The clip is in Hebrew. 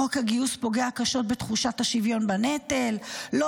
חוק הגיוס פוגע קשות בתחושת השוויון בנטל --- לא